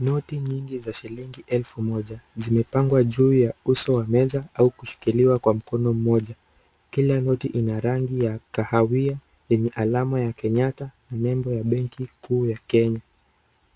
Noti nyingi za shilingi elfu moja zimepangwa juu ya uso wa meza au kushikiliwa kwa mkono mmoja kila noti ina rangi ya kahawia yenye alama ya Kenyatta na nembo ya benki kuu ya Kenya.